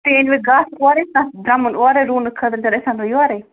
تُہۍ أنۍوٕ گاسہٕ اورَے تَتھ درٛمُن اورَے رُونہٕ خٲطرٕ کِنہٕ أسۍ اَنو یورَے